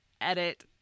edit